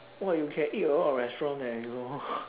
!wah! you can eat a lot of restaurant leh you know